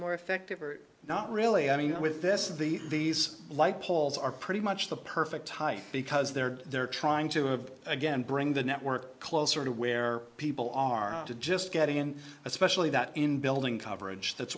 more effective or not really i mean with this the these light poles are pretty much the perfect type because they're they're trying to have again bring the network closer to where people are just getting in especially that in building coverage that's